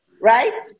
Right